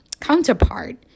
counterpart